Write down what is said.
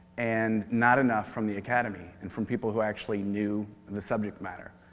and not enough from the academy. and from people who actually knew the subject matter.